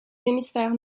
hémisphères